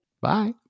Bye